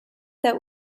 that